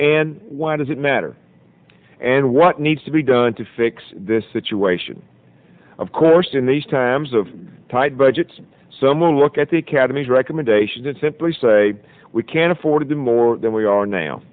and why does it matter and what needs to be done to fix this situation of course in these times of tight budgets some look at the academy's recommendations and simply say we can afford them more than we are now